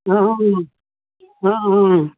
অঁ অঁ অঁ অঁ অঁ অঁ